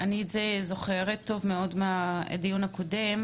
את זה אני זוכרת טוב מאוד מהדיון הקודם.